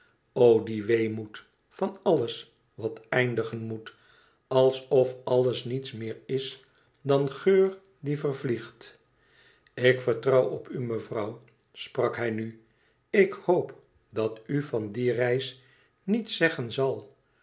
die weemoed van alles wat eindigen moet alsof alles niets meer is dan geur die vervliegt ik vertrouw op u mevrouw sprak hij nu ik hoop dat u van die reis niets zeggen zal